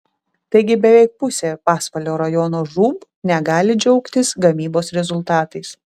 taigi beveik pusė pasvalio rajono žūb negali džiaugtis gamybos rezultatais